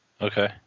Okay